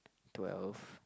twelve